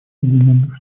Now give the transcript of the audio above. соединенных